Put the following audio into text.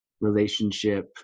relationship